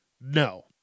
No